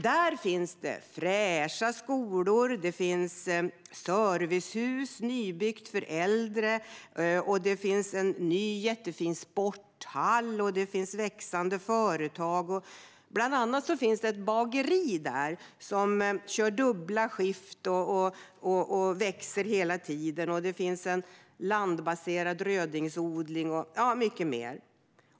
Där finns det fräscha skolor, ett nybyggt servicehus för äldre, en ny, jättefin sporthall och växande företag. Bland annat finns det ett bageri som kör dubbla skift och hela tiden växer, en landbaserad rödingodling och mycket mer.